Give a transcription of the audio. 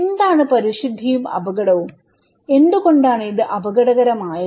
എന്താണ് പരിശുദ്ധിയും അപകടവും എന്തുകൊണ്ടാണ് ഇത് അപകടകരമായത്